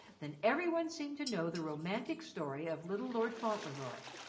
than every one seemed to know the romantic story of little lord fauntleroy,